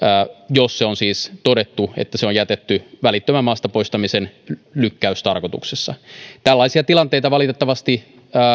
jos on siis todettu että se on jätetty välittömän maasta poistamisen lykkäystarkoituksessa tällaisia tilanteita valitettavasti